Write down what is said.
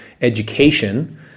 education